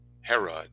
Herod